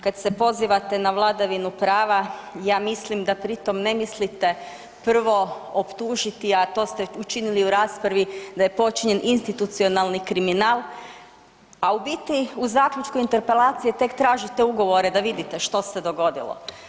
Kad se pozivate na vladavinu prava ja mislim da pri tom ne mislite prvo optužiti, a to ste učinili u raspravi da je počinjen institucionalni kriminal, a u biti u zaključku interpelacije tek tražite ugovore da vidite što se dogodilo.